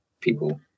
people